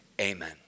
Amen